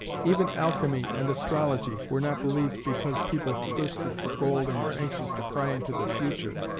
even alchemy and astrology were not believed because people thirsted for gold and were anxious to pry into the future,